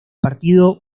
partido